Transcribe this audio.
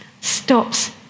stops